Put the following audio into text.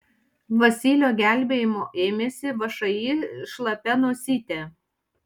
vasilio gelbėjimo ėmėsi všį šlapia nosytė